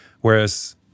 whereas